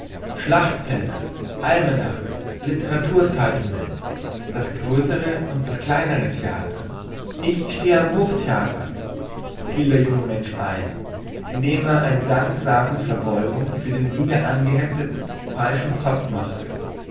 schlachtfelder almanache litteraturzeitungen das größere und das kleinere theater ich stehe am hoftheater fiel der junge mensch ein indem er eine danksagungsverbeugung für den wieder angehefteten falschen zopf machte